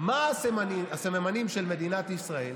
מה הסממנים של מדינת ישראל.